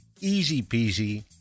easy-peasy